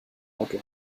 auto